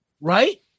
Right